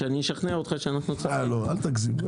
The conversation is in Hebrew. דבר,